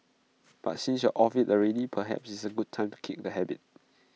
but since you are off IT already perhaps IT is A good time to kick the habit